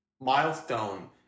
milestone